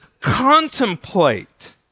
contemplate